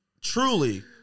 truly